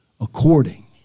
according